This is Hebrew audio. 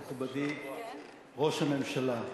מכובדי ראש הממשלה,